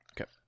Okay